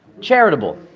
charitable